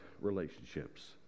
relationships